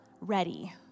ready